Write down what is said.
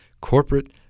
corporate